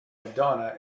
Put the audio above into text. madonna